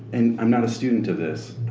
and i'm not a student of this,